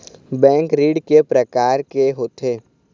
Bank ऋण के प्रकार के होथे?